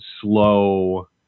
slow